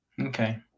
Okay